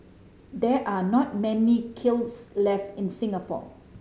there are not many kilns left in Singapore